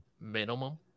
minimum